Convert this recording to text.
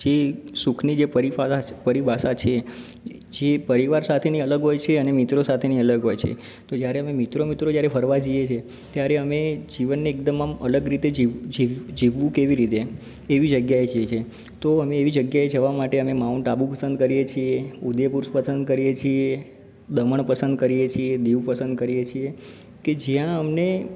જે સુખની જે પરીપાસા પરીભાષા છે જે પરિવાર સાથેની અલગ હોય છે અને મિત્રો સાથેની અલગ હોય છે તો જયારે અમે મિત્રો મિત્રો જ્યારે ફરવા જઈએ છીએ ત્યારે અમે જીવનને એકદમ આમ અલગ રીતે જીવ જીવ જીવવું કેવી રીતે એવી જગ્યા જઈએ છીએ તો અમે એવી જગ્યાએ જવા માટે અમે માઉન્ટ આબુ પસંદ કરીએ છીએ ઉદયપુર પસંદ કરીએ છીએ દમણ પસંદ કરીએ છીએ દીવ પસંદ કરીએ છીએ કે જ્યાં અમને